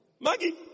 Maggie